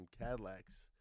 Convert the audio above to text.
Cadillacs